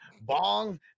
bong